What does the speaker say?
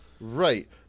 Right